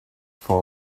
for